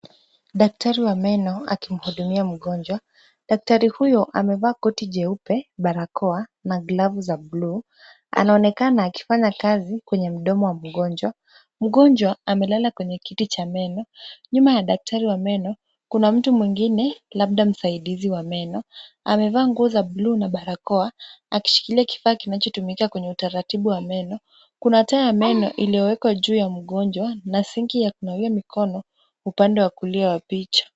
Daktari wa meno akimhudumiwa mgonjwa. Daktari huyu amevaa koti jeupe, barakoa na glavu za blue .Anaonekana akifanya kazi kwenye mdomo wa mgonjwa. Mgonjwa amelala kwenye kiti cha meno. Nyuma ya daktari wa meno kuna mtu mwingine labda msaidizi wa meno. Amevaa nguo za blue na barakoa, akishikialia kifaa kinachotumika kwa utaratibu wa meno. Kuna taa ya meno iliowekwa juu ya mgonjwa na sinki ya kunawia mikono upande wa kulia wa picha.